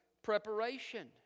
preparation